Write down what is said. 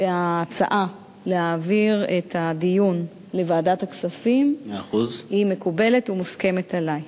שההצעה להעביר את הדיון לוועדת הכספים מקובלת ומוסכמת עלי.